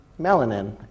melanin